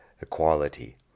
equality